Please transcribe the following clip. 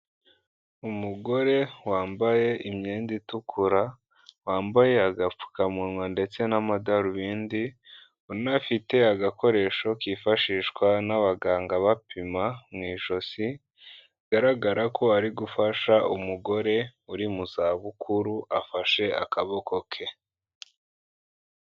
Umugore wambaye imyenda itukura wambaye agapfukamunwa ndetse n'amadarubindi unafite agakoresho kifashishwa n'abaganga bapima mu ijosi bigaragara ko ari gufasha umugore uri mu zabukuru afashe akaboko ke.